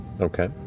Okay